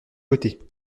côtés